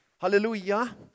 Hallelujah